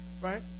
right